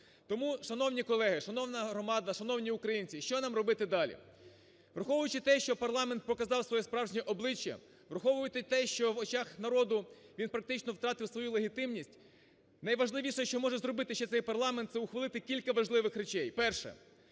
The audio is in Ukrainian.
Тому, шановні колеги, шановна громада, шановні українці, що нам робити далі? Враховуючи те, що парламент показав своє справжнє обличчя, враховуючи те, що в очах народу він практично втратив свою легітимність, найважливіше, що може зробити ще цей парламент – це ухвалити кілька важливих речей. Перше